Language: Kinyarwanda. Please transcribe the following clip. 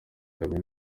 kaminuza